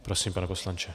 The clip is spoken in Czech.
Prosím, pane poslanče.